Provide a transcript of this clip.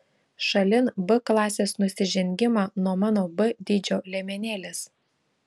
šalin b klasės nusižengimą nuo mano b dydžio liemenėlės